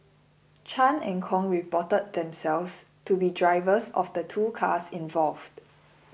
Chan and Kong reported themselves to be drivers of the two cars involved